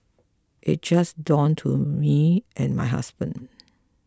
it just dawned to me and my husband